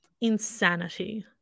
insanity